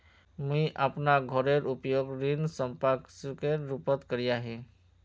मुई अपना घोरेर उपयोग ऋण संपार्श्विकेर रुपोत करिया ही